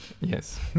yes